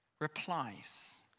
replies